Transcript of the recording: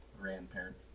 grandparent